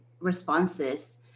responses